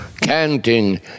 canting